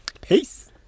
Peace